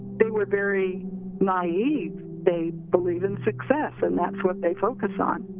they were very naive. they believed in success and that's what they focus on.